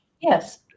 Yes